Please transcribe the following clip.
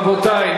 רבותי,